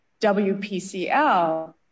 WPCL